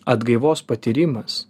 atgaivos patyrimas